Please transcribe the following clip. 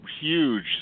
huge